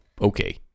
okay